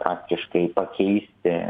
praktiškai pakeisti